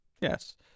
Yes